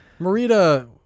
marita